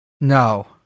No